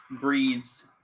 breeds